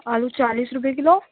آلو چالیس روپئے کلو